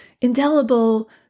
indelible